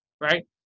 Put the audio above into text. right